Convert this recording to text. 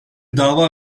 dava